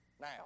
Now